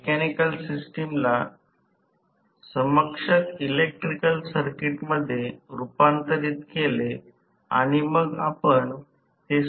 Thevenin voltage आणि Thevenin समकक्ष प्रतिरोध शोधण्याचा प्रयत्न केल्यास जसे आपण या बाजूने आपण अभ्यास केला आहे